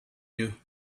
you